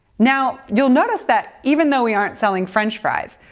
now, you'll notice that even though we aren't selling french fries,